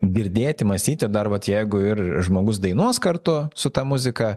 girdėti mąstyti ir dar vat jeigu ir žmogus dainuos kartu su ta muzika